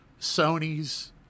Sony's